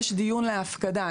יש דיון להפקדה.